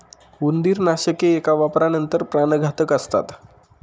उंदीरनाशके एका वापरानंतर प्राणघातक असतात